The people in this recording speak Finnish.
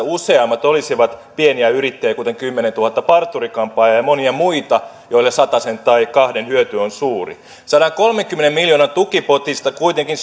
useammat olisivat pieniä yrittäjiä kuten kymmenentuhatta parturi kampaajaa ja monia muita joille satasen tai kahden hyöty on suuri sadankolmenkymmenen miljoonan tukipotista kuitenkin